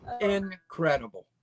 Incredible